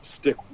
stick